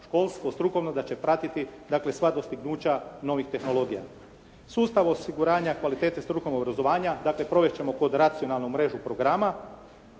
školstvo strukovno da će pratiti, dakle sva dostignuća novih tehnologija. Sustav osiguranja kvalitete strukovnog obrazovanja, dakle provesti ćemo pod racionalnu mrežu programa,